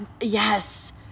yes